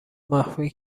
مخفی